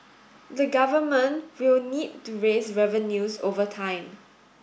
the Government will need to raise revenues over time